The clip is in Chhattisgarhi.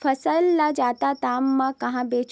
फसल ल जादा दाम म कहां बेचहु?